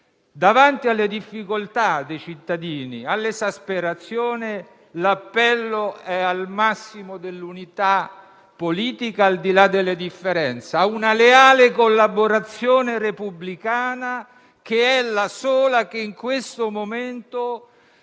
Davanti alle difficoltà dei cittadini e all'esasperazione, l'appello è al massimo dell'unità politica, al di là delle differenze, e a una leale collaborazione repubblicana, che è la sola che in questo momento